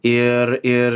ir žmonės galbūt